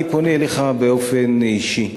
אני פונה אליך באופן אישי.